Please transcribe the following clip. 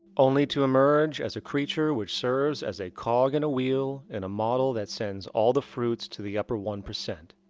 only to emerge as a creature which serves as a cog in a wheel. in a model that sends all the fruits to the upper one.